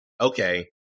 okay